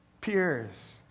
peers